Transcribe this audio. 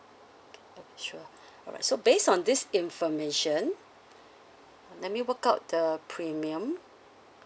sure alright so based on this information let me work out the premium